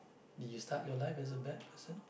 did you start your life as a bad person